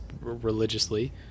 religiously